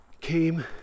came